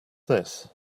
this